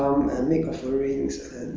um where the people